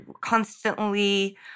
constantly—